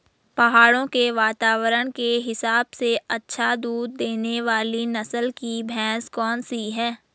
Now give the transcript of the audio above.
पहाड़ों के वातावरण के हिसाब से अच्छा दूध देने वाली नस्ल की भैंस कौन सी हैं?